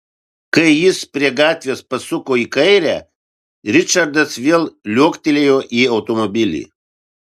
kai jis prie gatvės pasuko į kairę ričardas vėl liuoktelėjo į automobilį